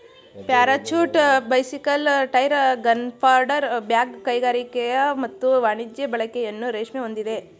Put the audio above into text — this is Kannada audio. parachute bicycle tyre gunpowder bag ಕೈಗಾರಿಕಾ ಮತ್ತು ವಾಣಿಜ್ಯ ಬಳಕೆಯನ್ನು ರೇಷ್ಮೆ ಹೊಂದಿದೆ